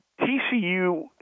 TCU